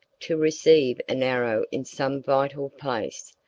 to receive an arrow in some vital place,